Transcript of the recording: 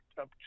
up